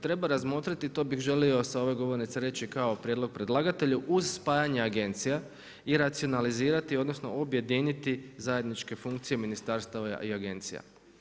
Treba razmotriti, to bi želi osa ove govornice reći kao prijedlog predlagatelju, uz spajanje agencija i racionalizirati, odnosno objediniti zajedničke funkcije ministarstava i agencija.